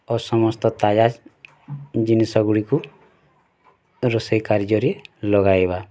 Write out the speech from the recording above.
ଓ ସମସ୍ତ ତାଜା ଜିନିଷଗୁଡ଼ିକୁ ରୋଷେଇ କାର୍ଯ୍ୟରେ ଲଗାଇବା